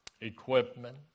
equipment